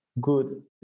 good